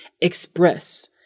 express